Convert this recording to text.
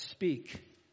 Speak